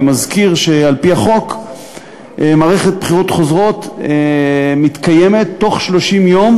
אני מזכיר שעל-פי החוק מערכת בחירות חוזרות מתקיימת בתוך 30 יום,